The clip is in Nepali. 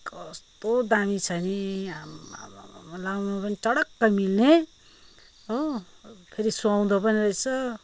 कस्तो दामी छ नि आम्म्आम्म्आम्म् लाउनु पनि चटक्कै मिल्ने हो फेरि सुहाउँदो पनि रहेछ